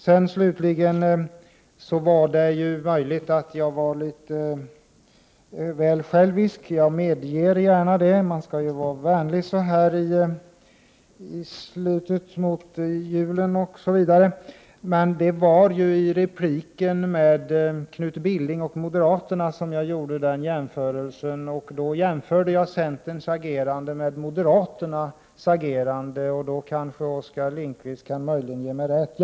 Jag vill slutligen säga att det är möjligt att jag var litet väl självisk i min argumentering — jag medger gärna det, man skall ju vara vänlig när man närmar sig jul. I repliken till moderaten Knut Billing jämförde jag centerns agerande med moderaternas agerande, och i den jämförelsen kan möjligtvis Oskar Lindkvist ge mig rätt.